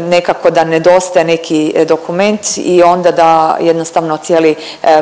nekako da nedostaje neki dokument i onda da jednostavno cijeli